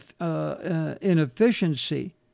inefficiency